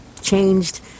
changed